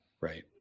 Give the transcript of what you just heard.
right